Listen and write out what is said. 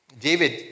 David